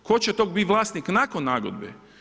Tko će biti vlasnik nakon nagodbe?